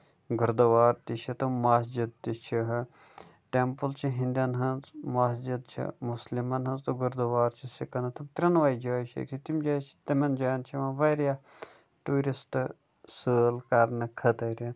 گُردُوار تہِ چھُ تہٕ مَسجِد تہِ چھِ ٹیمپٔل چھُ ہینٛدیَن ہٕنٛز مَسجِد چھِ مُسلِمن ہٕنٛز تہٕ گُردُوار چھُ سِکن تہٕ ترٛیَنوَے جایہِ چھِ تِم جایہِ چھِ تِمن جاین چھِ یِوان واریاہ ٹوٗرِسٹہٕ سٲلۍ کرنہٕ خٲطرِ